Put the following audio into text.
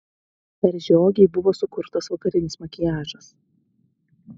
r žiogei buvo sukurtas vakarinis makiažas